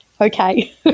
Okay